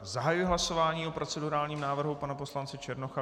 Zahajuji hlasování o procedurálním návrhu pana poslance Černocha.